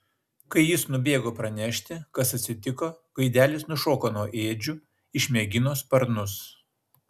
kai jis nubėgo pranešti kas atsitiko gaidelis nušoko nuo ėdžių išmėgino sparnus